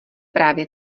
právě